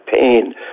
pain